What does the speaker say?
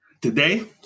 Today